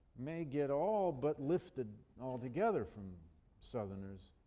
may get all but lifted altogether from southerners,